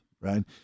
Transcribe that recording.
right